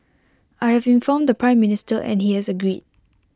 I have informed the Prime Minister and he has agreed